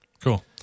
Cool